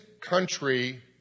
country